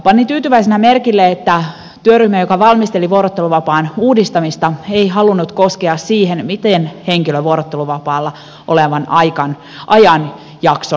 panin tyytyväisenä merkille että työryhmä joka valmisteli vuorotteluvapaan uudistamista ei halunnut koskea siihen miten henkilö vuorotteluvapaalla olevan ajanjakson elämässään käyttää